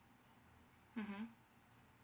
mmhmm